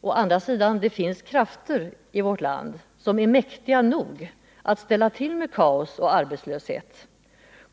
Å andra sidan finns det krafter i vårt land som är mäktiga nog att ställa till med kaos och arbetslöshet.